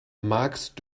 magst